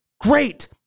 great